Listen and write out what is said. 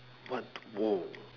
what oh